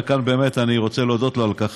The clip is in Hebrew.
כאן באמת אני רוצה להודות לו על כך,